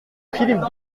philippe